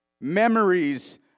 Memories